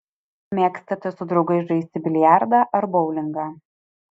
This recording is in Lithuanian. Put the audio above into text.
mėgstate su draugais žaisti biliardą ar boulingą